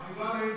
החטיבה להתיישבות.